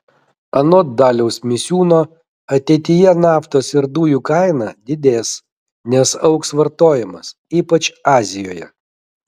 anot daliaus misiūno ateityje naftos ir dujų kaina didės nes augs vartojimas ypač azijoje